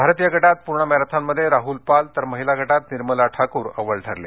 भारतीय गटात पूर्ण मॅरेथॉनमध्ये राहुल पाल तर महिला गटात निर्मला ठाकूर अव्वल ठरले